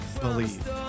believe